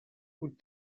could